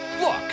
Look